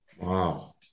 wow